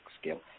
skill